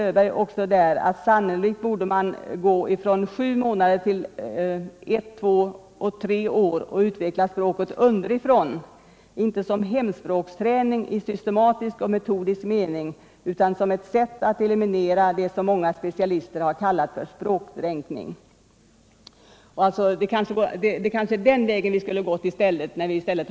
Då sade Kjell Öberg att vi sannolikt borde gå från sju månader till ett, två eller tre år och utveckla språket underifrån, inte som hemspråksträning i systematisk och metodisk mening utan som ett sätt att eliminera vad många specialister har kallat för språkdränkning. Vi kanske skulle ha gått den vägen i stället för att börja i skolan.